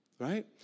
right